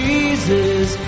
Jesus